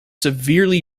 severely